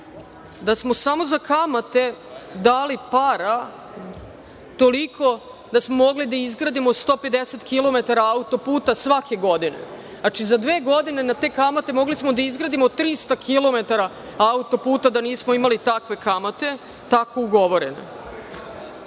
da smo samo za kamate dali para toliko da smo mogli da izgradimo 150 kilometara autoputa svake godine. Znači, za dve godine na te kamate mogli smo da izgradimo 300 kilometara autoputa, da nismo imali takve kamate, tako ugovorene.(Nenad